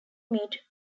meet